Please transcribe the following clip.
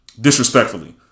disrespectfully